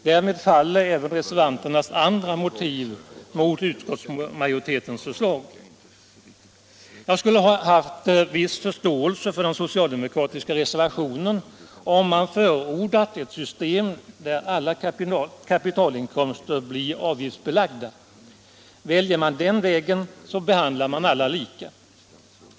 Därmed faller även reservanternas andra motiv mot utskottsmajoritetens förslag. Jag skulle ha haft viss förståelse för den socialdemokratiska reservationen, om man förordat ett system där alla kapitalinkomster skulle bli avgiftsbelagda. Väljer man den vägen, så behandlar man alla lika.